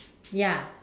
ya